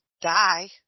die